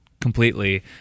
completely